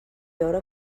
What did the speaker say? veure